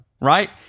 right